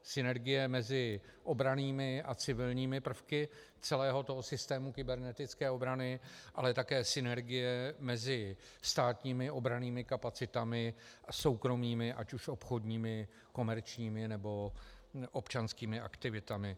Synergie mezi obrannými a civilními prvky celého toho systému kybernetické obrany, ale také synergie mezi státními obrannými kapacitami a soukromými, ať už obchodními, komerčními, nebo občanskými aktivitami.